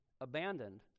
abandoned